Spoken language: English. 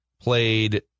played